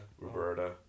Roberta